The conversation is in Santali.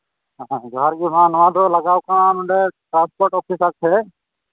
ᱡᱚᱦᱟᱨ ᱜᱮ ᱦᱟᱸᱜ ᱱᱚᱣᱟᱫᱚ ᱞᱟᱜᱟᱣ ᱠᱟᱱᱟ ᱱᱚᱰᱮ ᱚᱯᱷᱤᱥᱟᱨ ᱴᱷᱮᱱ